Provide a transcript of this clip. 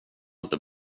inte